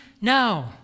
No